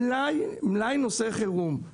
מלאי נושא חירום,